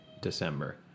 december